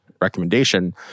recommendation